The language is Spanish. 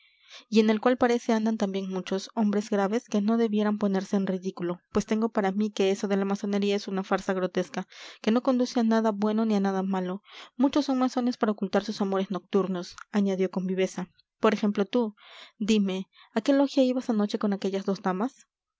en el cual parece andan también muchos hombres graves que no debieran ponerse en ridículo pues tengo para mí que eso de la masonería es una farsa grotesca que no conduce a nada bueno ni a nada malo muchos son masones para ocultar sus amores nocturnos añadió con viveza por ejemplo tú dime a qué logia ibas anoche con aquellas dos damas